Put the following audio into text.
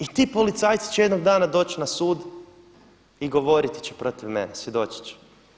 I ti policajci će jednog dana doći na sud i govoriti će protiv mene, svjedočit će.